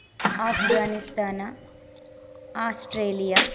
Afghanistan Australia